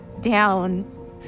down